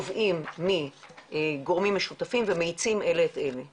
חלק גדול ממנו נובע משימוש מאסיבי של אנטיביוטיקה בחקלאות,